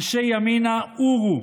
אנשי ימינה, עורו,